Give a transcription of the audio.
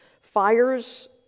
Fires